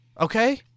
Okay